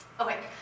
Okay